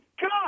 God